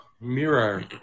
Mirror